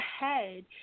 ahead